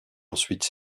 ensuite